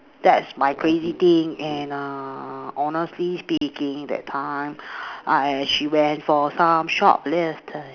that's my crazy thing and err honestly speaking that time I she went for some shop lifting